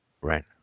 Right